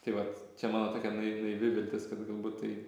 tai vat čia mano tokia naivi vi viltis kad galbūt tai